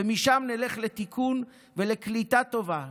ומשם נלך לתיקון ולקליטה טובה.